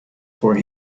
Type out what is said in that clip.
for